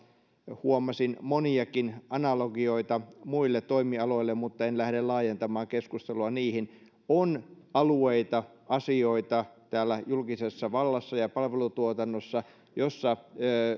huomasin moniakin analogioita muille toimialoille mutta en lähde laajentamaan keskustelua niihin on alueita asioita täällä julkisessa vallassa ja ja palvelutuotannossa jossa